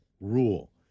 rule